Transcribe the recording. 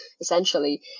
essentially